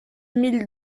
mille